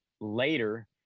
later